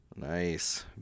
Nice